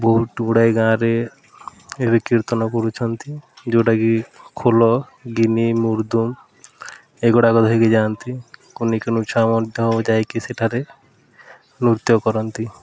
ବହୁତ ଗୁଡ଼ାଏ ଗାଁରେ ଏବେ କୀର୍ତ୍ତନ କରୁଛନ୍ତି ଯେଉଁଟା କି ଖୋଲ ଗିନି ମୁର୍ଦ୍ଦୁମ ଏଗୁଡ଼ାକ ଧରିକି ଯାଆନ୍ତି କୁନି କୁନି ଛୁଆ ମଧ୍ୟ ଯାଇକି ସେଠାରେ ନୃତ୍ୟ କରନ୍ତି